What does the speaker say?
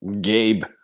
Gabe